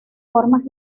formas